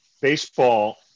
baseball